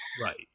right